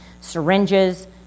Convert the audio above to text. syringes